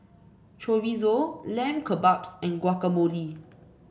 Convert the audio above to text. Chorizo Lamb Kebabs and Guacamole